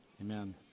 Amen